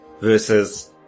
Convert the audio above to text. versus